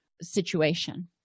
situation